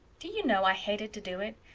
do you know, i hated to do it?